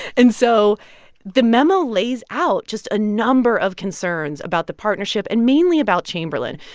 and so the memo lays out just a number of concerns about the partnership and mainly about chamberlain.